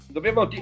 Dobbiamo